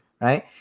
right